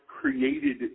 created